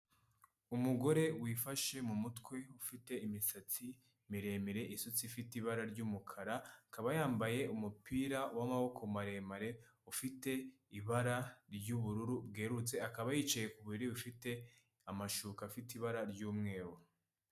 Umugore wifashe mu mutwe ufite imisatsi miremire isutse ifite ibara ry'umukara, akaba yambaye umupira w'amaboko maremare ufite ibara ry'ubururu bwerurutse akaba yicaye ku buriri bufite amashuka afite ibara ry'umweru.